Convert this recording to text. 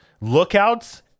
lookouts